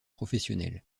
professionnels